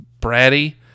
bratty